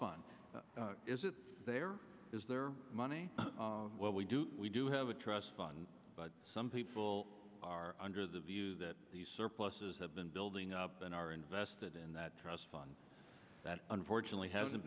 fund is it there is there money well we do we do have a trust fund but some people are under the view that these surpluses have been building up and are invested in that trust fund that unfortunately have